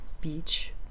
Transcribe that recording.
beach